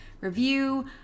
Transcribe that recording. review